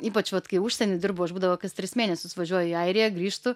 ypač vat kai užsieny dirbau aš būdavo kas tris mėnesius važiuoju į airiją grįžtu